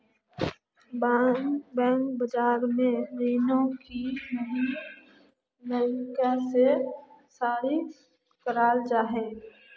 bond बाज़ार में रीनो को नए तरीका से जारी कराल जाहा